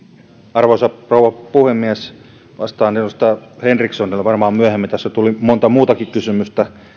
arvoisa rouva puhemies vastaan edustaja henrikssonille varmaan myöhemmin tässä tuli monta muutakin kysymystä